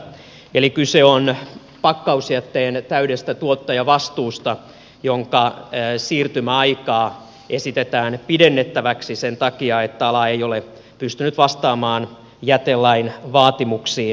eli kyse on pakkausjätteen täydestä tuottajavastuusta jonka siirtymäaikaa esitetään pidennettäväksi sen takia että ala ei ole pystynyt vastaamaan jätelain vaatimuksiin